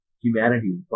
humanity